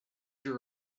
you